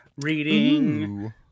reading